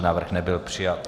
Návrh nebyl přijat.